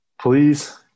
Please